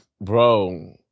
bro